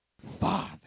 Father